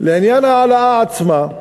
לעניין ההעלאה עצמה,